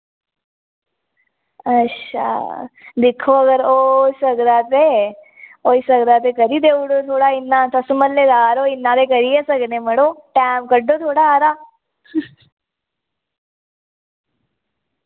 अच्छा दिक्खो अगर होई सकदा ते होई सकदा ते करी देऊड़ो थोह्ड़ा इ'न्ना तुस म्हल्ले दार ओ इ'न्ना ते करी गै सकने मड़ो टैम कड्ढो थोह्ड़ा हारा